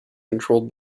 controlled